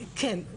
כן,